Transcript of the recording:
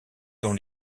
dont